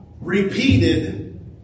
repeated